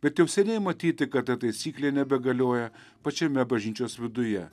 bet jau seniai matyti kad ta taisyklė nebegalioja pačiame bažnyčios viduje